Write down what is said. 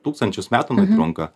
tūkstančius metų jinai trunka